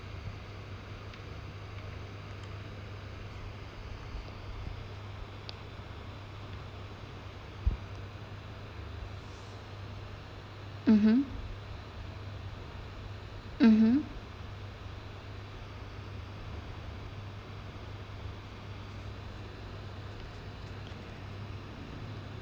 mmhmm mmhmm